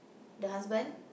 the husband